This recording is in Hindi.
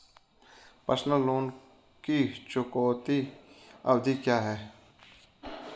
पर्सनल लोन की चुकौती अवधि क्या है?